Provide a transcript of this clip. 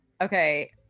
okay